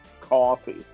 Coffee